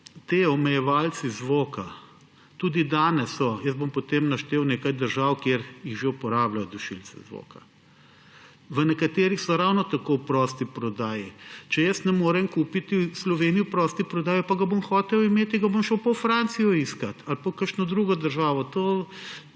Ti omejevalci zvoka so tudi danes, jaz bom potem naštel nekaj držav, kjer že uporabljajo dušilce zvoka. V nekaterih so ravno tako v prosti prodaji. Če ga jaz ne morem kupiti v Sloveniji v prosti prodaji, pa ga bom hotel imeti, ga bom šel pa v Francijo iskat ali pa v kakšno drugo državo,